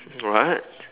what